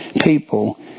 people